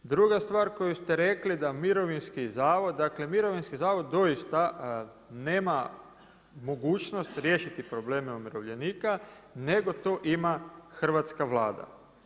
Druga stvar koju ste rekli da Mirovinski zavod, dakle, Mirovinski zavod doista nema mogućnost riješiti probleme umirovljenika, nego to ima Hrvatska Vlada.